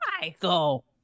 Michael